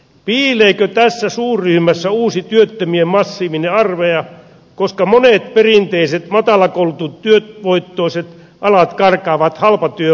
piileekö tässä suurryhmässä uusi työttömien massiivinen armeija koska monet perinteiset matalakoulutetut työvoittoiset alat karkaavat halpatyömaihin